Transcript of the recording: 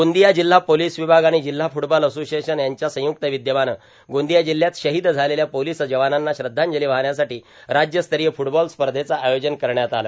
गोर्दादया जिल्हा पोलोस ावभाग आर्गण जिल्हा फ्टबॉल अर्सोसएशन यांच्या संय्क्त र्यावद्यमानं गोंदिया जिल्यात शहोद झालेल्या पोर्तलस जवानांना श्रद्धाजंली वाहण्यासाठी राज्यस्तरीय फुटबॉल स्पधचं आयोजन करण्यात आलं